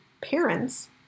parents